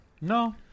No